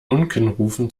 unkenrufen